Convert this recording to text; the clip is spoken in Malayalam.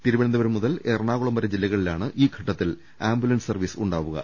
തിരുവനന്തപുരം മുതൽ എറണാ കുളം വരെ ജില്ലകളിലാണ് ഈ ഘട്ടത്തിൽ ആംബുലൻസ് സർവീസ് ഉണ്ടാവുക